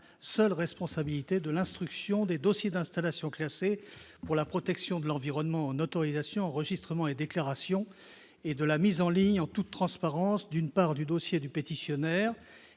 seule responsabilité de l'instruction des dossiers d'installations classées pour la protection de l'environnement en autorisation enregistrements et déclarations et de la mise en ligne en toute transparence, d'une part du dossier du pétitionnaire